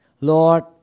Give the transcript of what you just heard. Lord